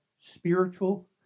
spiritual